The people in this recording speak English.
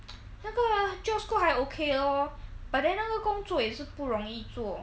那个 job scope 还 okay 的 lor but then 那个工作也是不容易做